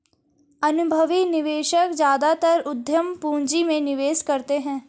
अनुभवी निवेशक ज्यादातर उद्यम पूंजी में निवेश करते हैं